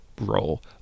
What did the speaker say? role